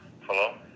hello